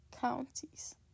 counties